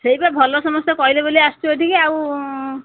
ସେଇ ତ ସମସ୍ତେ ଭଲ କହିଲେ ବୋଲି ଆସିଛୁ ଏଠିକି ଆଉ